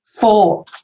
four